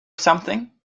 something